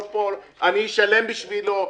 אני אשלם בשבילו,